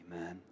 Amen